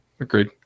Agreed